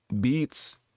beats